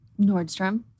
Nordstrom